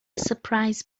surprise